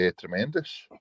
tremendous